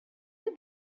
you